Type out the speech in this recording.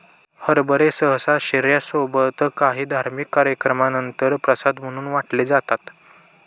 हरभरे सहसा शिर्या सोबत काही धार्मिक कार्यक्रमानंतर प्रसाद म्हणून वाटले जातात